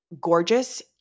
gorgeous